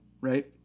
Right